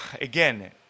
again